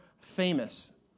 famous